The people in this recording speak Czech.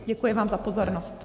Děkuji vám za pozornost.